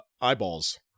eyeballs